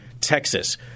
Texas